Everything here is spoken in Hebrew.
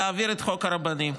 להעביר את חוק הרבנים.